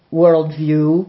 worldview